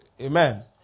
Amen